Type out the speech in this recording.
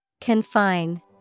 Confine